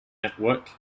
network